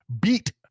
beat